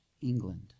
England